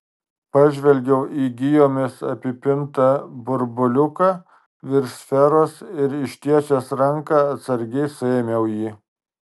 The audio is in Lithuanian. pažvelgiau į gijomis apipintą burbuliuką virš sferos ir ištiesęs ranką atsargiai suėmiau jį